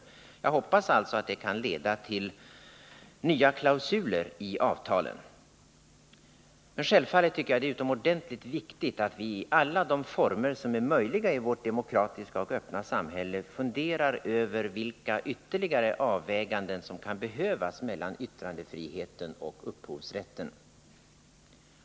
Och jag hoppas att det kan leda till Självfallet tycker jag att det är utomordentligt viktigt att vi funderar över vilka ytterligare avväganden som kan behövas mellan yttrandefriheten och upphovsrätten — i alla de former som är möjliga i vårt demokratiska och öppna samhälle.